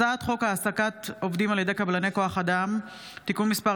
הצעת חוק העסקת עובדים על ידי קבלני כוח אדם (תיקון מס'